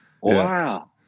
Wow